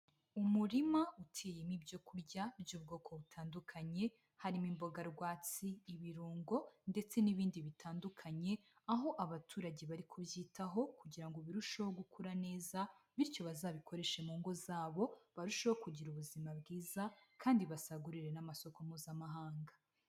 Umurima uteyemo ibyo kurya by'ubwoko butandukanye, harimo imboga rwatsi, ibirungo ndetse n'ibindi bitandukanye, aho abaturage bari kubyitaho kugira ngo birusheho gukura neza bityo bazabikoreshe mu ngo zabo, barusheho kugira ubuzima bwiza kandi basagurire n'amasoko mpuzamahanga.